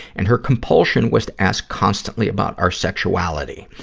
and her compulsion was to ask constantly about our sexuality.